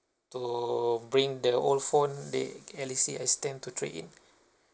to bring the old phone the galaxy S ten to trade in